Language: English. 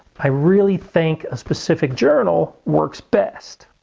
i really think a specific journal works best.